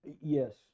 yes